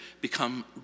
become